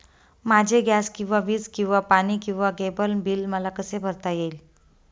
माझे गॅस किंवा वीज किंवा पाणी किंवा केबल बिल मला कसे भरता येईल?